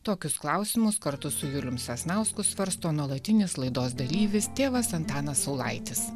tokius klausimus kartu su julium sasnausku svarsto nuolatinis laidos dalyvis tėvas antanas saulaitis